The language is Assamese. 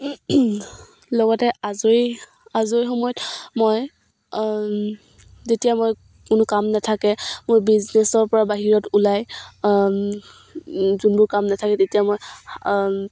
লগতে আজৰি আজৰি সময়ত মই যেতিয়া মই কোনো কাম নাথাকে মোৰ বিজনেছৰ পৰা বাহিৰত ওলাই যোনবোৰ কাম নাথাকে তেতিয়া মই